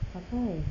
pakai